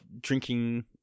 drinking